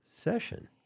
session